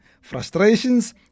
frustrations